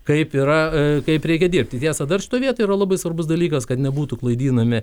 kaip yra kaip reikia dirbti tiesa dar šitoj vietoj yra labai svarbus dalykas kad nebūtų klaidinami